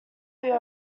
who